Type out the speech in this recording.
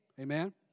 Amen